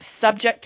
subject